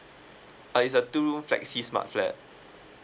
uh is a two room flexi smart flat